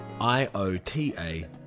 I-O-T-A